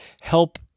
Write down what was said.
help